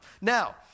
Now